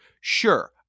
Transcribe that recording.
Sure